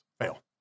fail